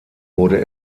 wurde